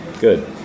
Good